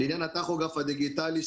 לעניין הטכוגרף הדיגיטלי,